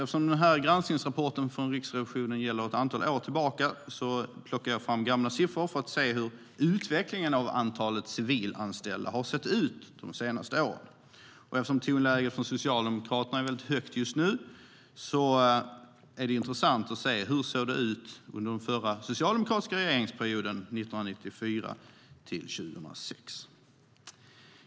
Eftersom granskningsrapporten från Riksrevisionen gäller ett antal år tillbaka har jag plockat fram gamla siffror för att se hur utvecklingen av antalet civilanställda har sett ut de senaste åren. Eftersom tonläget från Socialdemokraterna är högt just nu är det intressant att se hur det såg ut under den förra socialdemokratiska regeringsperioden 1994-2006.